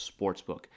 Sportsbook